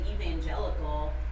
evangelical